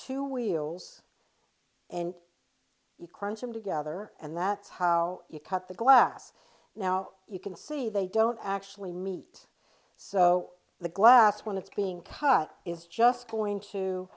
two wheels and you crunch them together and that's how you cut the glass now you can see they don't actually meet so the glass when it's being cut is just going to